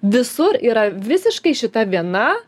visur yra visiškai šita viena